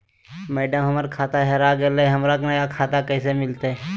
madam, हमर खाता हेरा गेलई, हमरा नया खाता कैसे मिलते